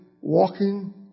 walking